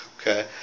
okay